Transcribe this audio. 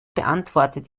beantwortet